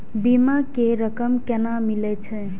बीमा के रकम केना मिले छै?